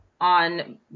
on